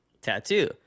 tattoo